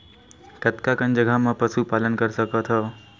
कतका कन जगह म पशु पालन कर सकत हव?